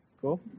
Cool